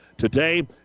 Today